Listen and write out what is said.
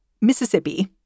Mississippi